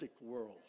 world